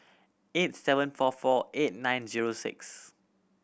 eight seven four four eight nine zero six